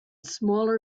smaller